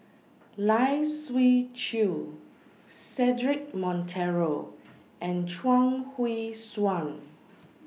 Lai Siu Chiu Cedric Monteiro and Chuang Hui Tsuan